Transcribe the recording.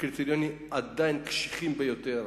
הקריטריונים עדיין קשיחים ביותר.